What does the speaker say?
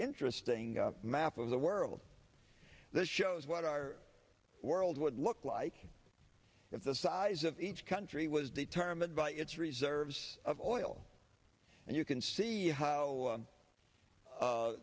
interesting map of the world that shows what our world would look like if the size of each country was determined by its reserves of oil and you can see